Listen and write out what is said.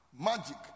magic